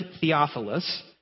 Theophilus